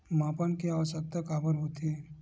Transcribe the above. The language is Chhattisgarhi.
मापन के आवश्कता काबर होथे?